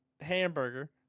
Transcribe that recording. hamburger